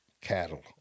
cattle